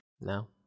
No